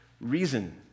reason